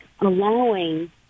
allowing